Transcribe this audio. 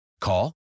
Call